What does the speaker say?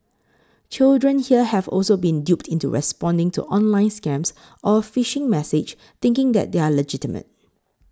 children here have also been duped into responding to online scams or phishing message thinking that they are legitimate